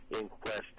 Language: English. inquest